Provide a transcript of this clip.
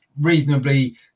reasonably